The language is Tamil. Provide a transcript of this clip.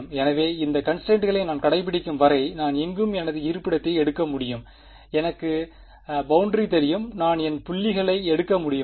எனவே இந்த கன்ஸ்ட்ரைண்ட்ஸ்களை நான் கடைப்பிடிக்கும் வரை நான் எங்கும் எனது இருப்பிடத்தை எடுக்க முடியும் எனக்கு எனக்கு பௌண்டரி தெரியும் நான் என் புள்ளிகளை எடுக்க முடியுமா